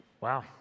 Wow